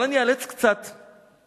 אבל אני איאלץ קצת לדלג,